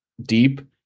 deep